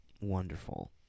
wonderful